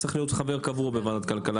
צריך להיות חבר קבוע בוועדת כלכלה.